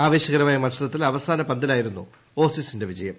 ആവേശകരമായ മത്സരത്തിൽ അവസാന പന്തിലായിരുന്നു ഓസിസിന്റെ വിജയം